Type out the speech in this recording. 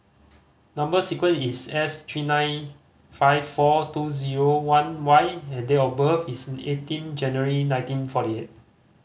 number sequence is S three nine five four two zero one Y and date of birth is eighteen January nineteen forty eight